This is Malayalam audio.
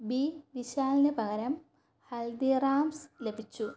ബി വിശാൽന് പകരം ഹൽദിറാംസ് ലഭിച്ചു